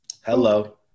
Hello